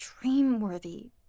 dream-worthy